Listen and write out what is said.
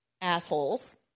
assholes